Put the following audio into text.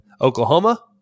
Oklahoma